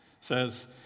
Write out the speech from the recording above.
says